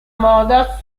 moda